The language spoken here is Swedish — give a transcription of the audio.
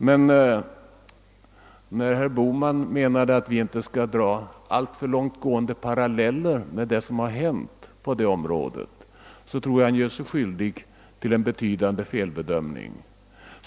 Herr Bohman menade vidare, att vi inte bör dra alltför långt gående paraleller på detta område. Enligt min mening gör han sig emellertid skyldig till en betydande felbedömning.